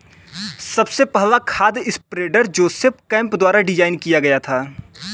सबसे पहला खाद स्प्रेडर जोसेफ केम्प द्वारा डिजाइन किया गया था